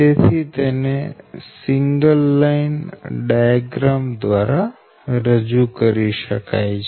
તેથી તેને single line diagram દ્વારા રજુ કરી શકાય છે